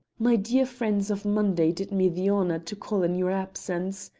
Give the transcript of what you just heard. my dear friends of monday did me the honour to call in your absence,